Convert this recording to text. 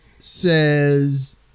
says